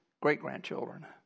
great-grandchildren